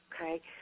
Okay